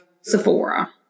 Sephora